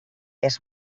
els